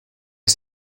has